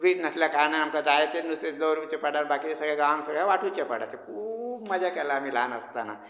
fridge नासल्या कारणान आमका जाय तेत नुस्तें दवरुंकचे पडा बाकीचे सगळें गावांक सगळ्यां वांटुचे पडा ते खूब मजा केल्या आमी ल्हान आसताना